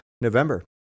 November